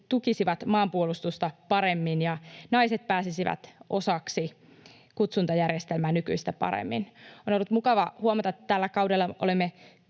tukisivat maanpuolustusta paremmin ja naiset pääsisivät osaksi kutsuntajärjestelmää nykyistä paremmin. On ollut mukava huomata, että tällä kaudella olemme